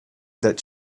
that